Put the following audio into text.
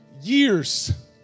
years